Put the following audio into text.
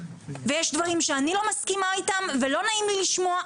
יש דברים שאני לא מסכימה איתם ולא נעים לי לשמוע,